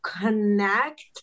connect